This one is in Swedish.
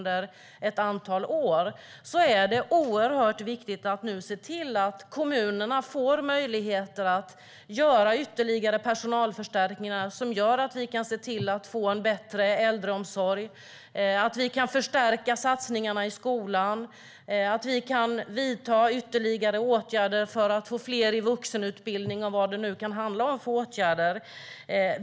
Då är det oerhört viktigt att nu se till att kommunerna får möjligheter att göra ytterligare personalförstärkningar som gör att vi kan se till att få en bättre äldreomsorg, kan förstärka satsningarna i skolan och kan vidta ytterligare åtgärder för att få fler i vuxenutbildning eller vilka åtgärder det nu kan handla om.